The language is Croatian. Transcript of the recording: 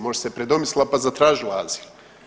Možda se predomislila pa zatražila azil.